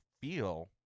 feel